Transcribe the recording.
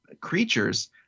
creatures